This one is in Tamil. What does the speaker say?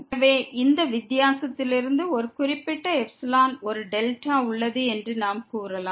எனவே இந்த வித்தியாசத்திலிருந்து ஒரு குறிப்பிட்ட εக்கு ஒரு δ உள்ளது என்று நாம் கூறலாம்